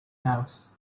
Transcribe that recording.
house